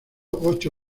ocho